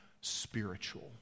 spiritual